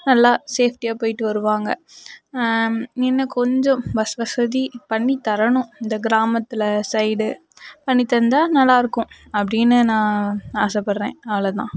நல்லா சேஃப்டியாக போயிவிட்டு வருவாங்க இன்னும் கொஞ்சம் பஸ் வசதி பண்ணித்தரணும் இந்த கிராமத்தில் சைடு பண்ணி தந்தா நல்லாயிருக்கும் அப்படின்னு நான் ஆசைப்பட்றேன் அவ்வளோதான்